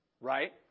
right